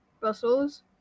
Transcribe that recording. Brussels